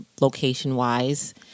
location-wise